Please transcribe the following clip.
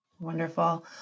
Wonderful